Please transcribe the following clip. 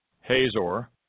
Hazor